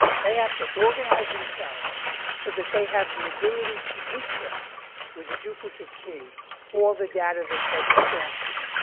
they have to organize themselves so that they have the ability to decrypt with a duplicate key all the data that gets transferred,